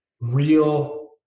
real